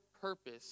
purpose